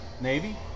navy